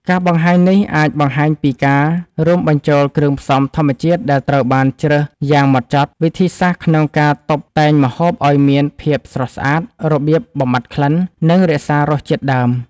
ការបង្ហាញនេះអាចបង្ហាញពីការរួមបញ្ចូលគ្រឿងផ្សំធម្មជាតិដែលត្រូវបានជ្រើសយ៉ាងម៉ត់ចត់ វិធីសាស្រ្តក្នុងការតុបតែងម្ហូបឲ្យមានភាពស្រស់ស្អាត, របៀបបំបាត់ក្លិន និងរក្សារសជាតិដើម